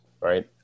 right